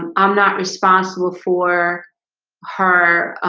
um i'm not responsible for her